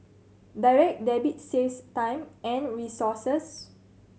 Direct Debit saves time and resources